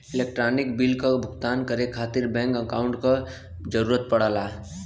electronic bill क भुगतान करे खातिर बैंक अकांउट क जरूरत पड़ला